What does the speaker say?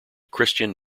christian